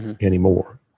anymore